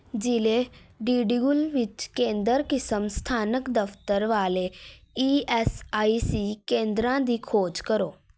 ਜ਼ਿਲ੍ਹੇ ਡੀਡੀਗੁਲ ਵਿੱਚ ਕੇਂਦਰ ਕਿਸਮ ਸਥਾਨਕ ਦਫਤਰ ਵਾਲੇ ਈ ਐੱਸ ਆਈ ਸੀ ਕੇਂਦਰਾਂ ਦੀ ਖੋਜ ਕਰੋ